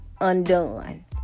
undone